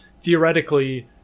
theoretically